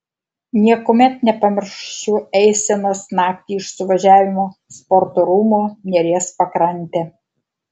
niekuomet nepamiršiu eisenos naktį iš suvažiavimo sporto rūmų neries pakrante